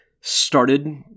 started